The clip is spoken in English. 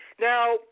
Now